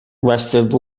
rested